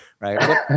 Right